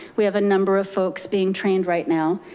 we have a number of folks being trained right now.